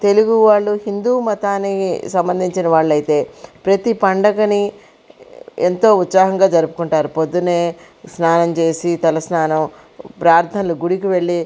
తెలుగు వాళ్ళు హిందూ మతాన్ని సంబంధించిన వాళ్ళు అయితే ప్రతీ పండుగని ఎంతో ఉత్సాహంగా జరుపుకుంటారు పొద్దున్నే స్నానం చేసి తల స్నానం ప్రార్ధనలు గుడికి వెళ్ళి